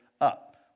up